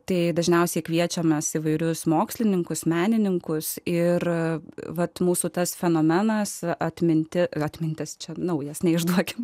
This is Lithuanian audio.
tai dažniausiai kviečiamės įvairius mokslininkus menininkus ir vat mūsų tas fenomenas atmintyje atmintis čia naujas neišduokime